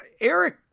Eric